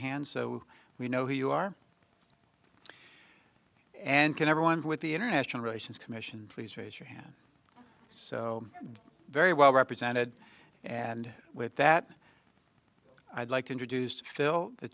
hand so we know who you are and can everyone with the international relations commission please raise your hand so very well represented and with that i'd like to introduce to fill the